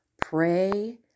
pray